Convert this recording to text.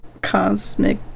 cosmic